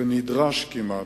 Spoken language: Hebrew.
זה נדרש כמעט,